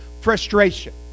frustration